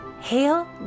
Hail